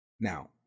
Now